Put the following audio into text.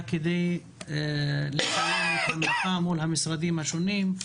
כדי לקיים את המלאכה מול המשרדים השונים,